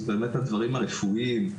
זה הדברים הרפואיים,